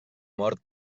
mort